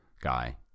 guy